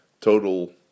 total